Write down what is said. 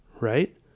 right